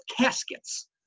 caskets